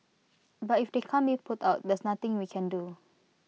but if they can't be put out there's nothing we can do